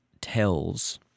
tells